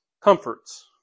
comforts